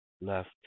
left